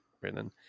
Brandon